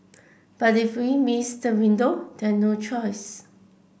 but if we miss the window then no choice